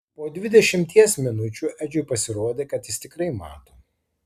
po dvidešimties minučių edžiui pasirodė kad jis tikrai mato